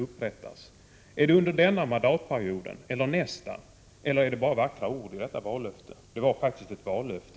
Blir det under den här mandatperioden eller under nästa? Eller var det bara vackra ord i valrörelsen? Det var faktiskt ett vallöfte.